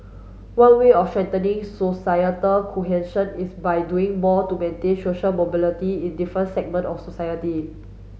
one way of strengthening societal is by doing more to maintain social mobility in different segment of society